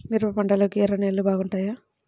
మిరప పంటకు ఎర్ర నేలలు బాగుంటాయా?